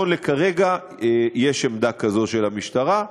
כרגע יש עמדה כזו של המשטרה,